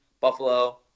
Buffalo